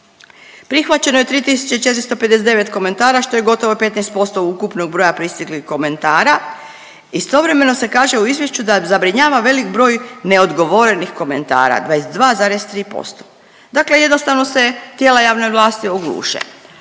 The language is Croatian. Prihvaćeno je 3.459 komentara, što je gotovo 15% ukupnog broja pristiglih komentara. Istovremeno se kaže u izvješću da zabrinjava velik broj neodgovorenih komentara, 22,3%, dakle jednostavno se tijela javne vlasti ogluše.